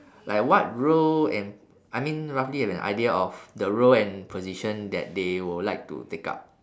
like what role and I mean roughly have an idea of the role and position that they will like to take up